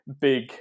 big